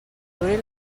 duri